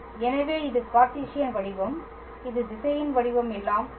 எனவே இது கார்ட்டீசியன் வடிவம் இது திசையன் வடிவம் எல்லாம் சரி